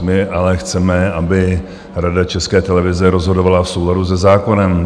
My ale chceme, aby Rada České televize rozhodovala v souladu se zákonem.